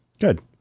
Good